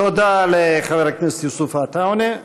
תודה לחבר הכנסת יוסף עטאונה.